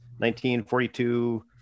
1942